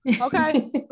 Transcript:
Okay